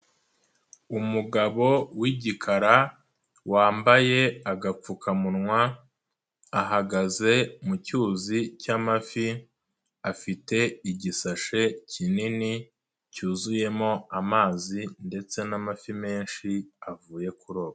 Umugabo w'igikara, wambaye agapfukamunwa, ahagaze mu cyuzi cy'amafi, afite igisashe kinini cyuzuyemo amazi ndetse n'amafi menshi avuye kuroba.